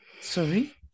Sorry